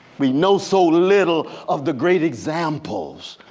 we know so little of the great examples.